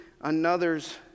another's